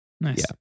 Nice